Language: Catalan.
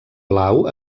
blau